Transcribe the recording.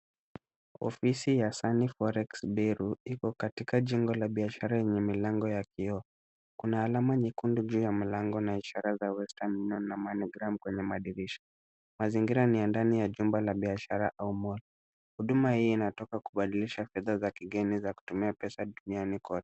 Ofisi ya Sunny Forex Bureau, iko katika jengo la biashara yenye malango ya kioo. Kuna alama nyekundu juu ya malango na ishara za Western Union na Money Gram kwenye madirisha. Mazingira ni ya ndani ya jumba la biashara au mall , huduma hii inatoka kubadilisha fedha za kigeni za kutumia pesa duniani kote.